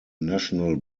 national